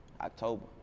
October